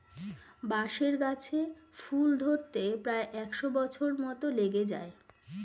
বাঁশের গাছে ফুল ধরতে প্রায় একশ বছর মত লেগে যায়